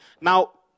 Now